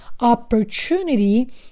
opportunity